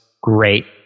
great